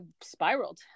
spiraled